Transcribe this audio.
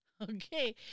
Okay